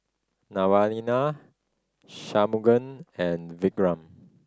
Naraina Shunmugam and Vikram